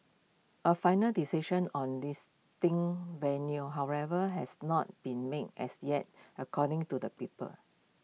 A final decision on this ding venue however has not been made as yet according to the people